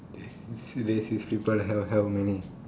see racist people how how many